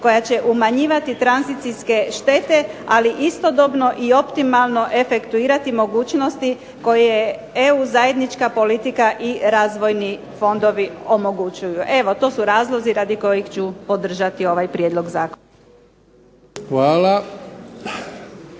koja će umanjivati tranzicijske štete ali istodobno i optimalno efektuirati mogućnosti koje EU zajednička politika i razvojni fondovi omogućuju. Evo, to su razlozi radi kojih ću podržati ovaj Prijedlog zakona.